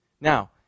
Now